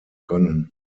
können